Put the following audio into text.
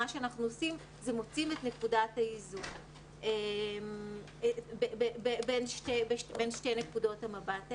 מה שאנחנו עושים זה מוצאים את נקודת האיזון בין שתי נקודות המבט האלה.